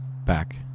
back